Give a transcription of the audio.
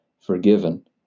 forgiven